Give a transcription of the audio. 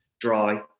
dry